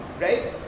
right